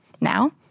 Now